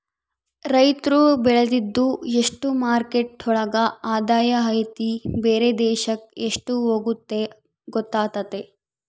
ರೈತ್ರು ಬೆಳ್ದಿದ್ದು ಎಷ್ಟು ಮಾರ್ಕೆಟ್ ಒಳಗ ಆದಾಯ ಐತಿ ಬೇರೆ ದೇಶಕ್ ಎಷ್ಟ್ ಹೋಗುತ್ತೆ ಗೊತ್ತಾತತೆ